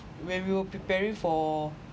when we were preparing for